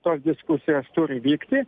tos diskusijos turi vykti